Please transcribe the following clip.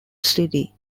city